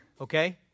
okay